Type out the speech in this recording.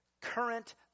current